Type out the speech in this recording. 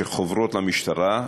שחוברות למשטרה,